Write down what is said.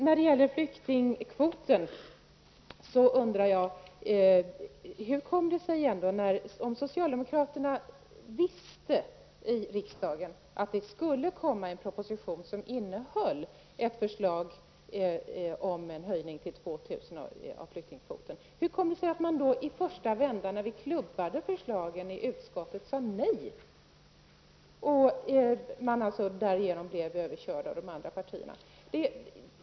När det gäller flyktingkvoten undrar jag: Om socialdemokraterna i riksdagen visste att det skulle komma en proposition, som innehåller ett förslag om en höjning av flyktingkvoten till 2 000, hur kom det sig då att socialdemokraterna i första vändan, när vi klubbade förslaget i utskottet, sade nej och därigenom blev överkörda av de andra partierna?